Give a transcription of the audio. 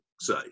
say